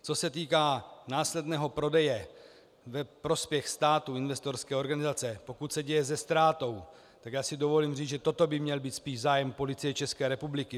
Co se týká následného prodeje ve prospěch státu, investorské organizace, pokud se děje se ztrátou, tak si dovolím říct, že toto by měl být spíš zájem Policie České republiky.